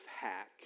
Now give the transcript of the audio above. hack